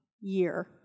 year